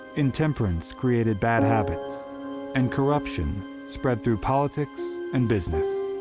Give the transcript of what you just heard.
intemperance created bad habits and corruption spread through politics and business.